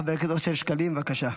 חבר הכנסת אושר שקלים, בבקשה.